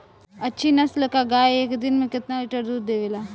अच्छी नस्ल क गाय एक दिन में केतना लीटर दूध देवे ला?